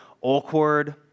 awkward